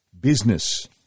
business